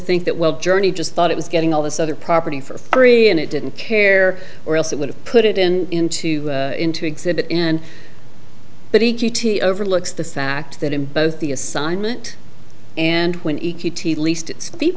think that well journey just thought it was getting all this other property for free and it didn't care or else it would have put it in into into exhibit and but he g t overlooks the fact that in both the assignment and when